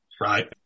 right